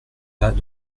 pas